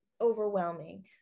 overwhelming